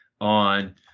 on